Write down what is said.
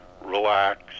relax